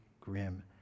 grim